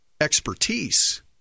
expertise